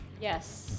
Yes